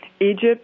Egypt